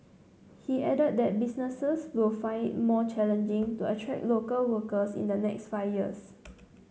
he added that businesses will find it more challenging to attract local workers in the next five years